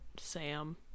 sam